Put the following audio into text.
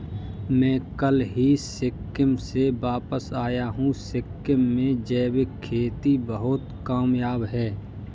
मैं कल ही सिक्किम से वापस आया हूं सिक्किम में जैविक खेती बहुत कामयाब है